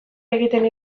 egiten